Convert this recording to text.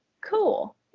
cool